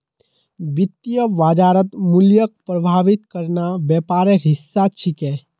वित्तीय बाजारत मूल्यक प्रभावित करना व्यापारेर हिस्सा छिके